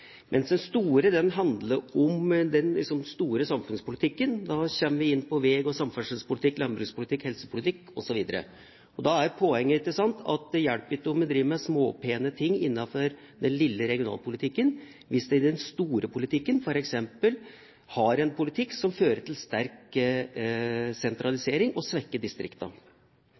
mens den store handler om den store samfunnspolitikken. Da kommer vi inn på veg- og samferdselspolitikk, landbrukspolitikk, helsepolitikk osv. Da er poenget at det hjelper ikke om en driver med småpene ting innenfor den lille regionalpolitikken, hvis en i den store politikken, f.eks., har en politikk som fører til sterk sentralisering og svekker